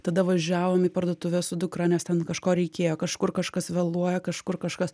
tada važiavom į parduotuvę su dukra nes ten kažko reikėjo kažkur kažkas vėluoja kažkur kažkas